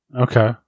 Okay